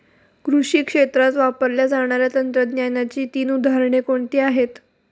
कृषी क्षेत्रात वापरल्या जाणाऱ्या तंत्रज्ञानाची तीन उदाहरणे कोणती आहेत?